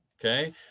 Okay